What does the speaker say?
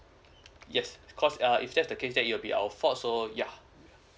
yes cause uh if that's the case that will be our fault so yeah